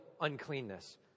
uncleanness